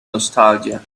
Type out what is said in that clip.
nostalgia